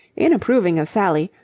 in approving of sally,